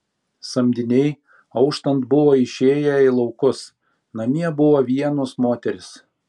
samdiniai auštant buvo išėję į laukus namie buvo vienos moterys